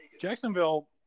Jacksonville